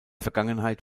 vergangenheit